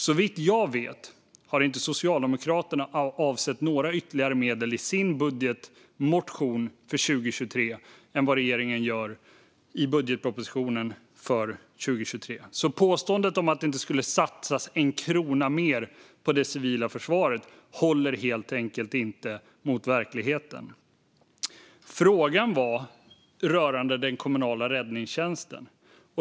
Såvitt jag vet har Socialdemokraterna inte avsatt mer medel i sin budgetmotion för 2023 än vad regeringen gör i budgetpropositionen för 2023, så påståendet att det inte skulle satsas en krona mer på det civila försvaret håller helt enkelt inte mot verkligheten. Frågan rörde den kommunala räddningstjänsten.